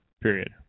period